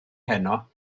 heno